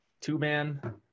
two-man